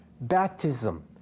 baptism